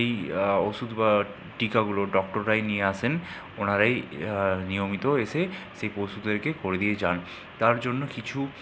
সেই ওষুধ বা টিকাগুলো ডক্টররাই নিয়ে আসেন ওনারাই নিয়মিত এসে সেই পশুদেরকে করে দিয়ে যান তার জন্য কিছু